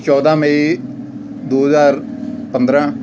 ਚੌਦਾਂ ਮਈ ਦੋ ਹਜ਼ਾਰ ਪੰਦਰਾਂ